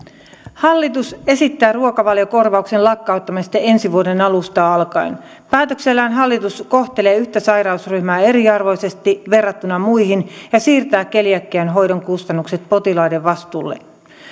hallitus esittää ruokavaliokorvauksen lakkauttamista ensi vuoden alusta alkaen päätöksellään hallitus kohtelee yhtä sairausryhmää eriarvoisesti verrattuna muihin ja siirtää keliakian hoidon kustannukset potilaiden vastuulle